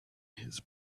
his